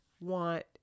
want